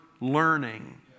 learning